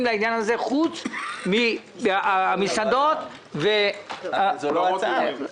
לעניין הזה פרט למסעדות ולאולמות האירועים.